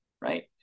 right